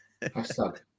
Hashtag